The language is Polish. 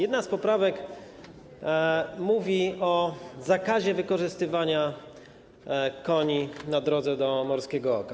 Jedna z poprawek mówi o zakazie wykorzystywania koni na drodze do Morskiego Oka.